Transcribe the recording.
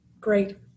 Great